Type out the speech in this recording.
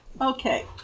Okay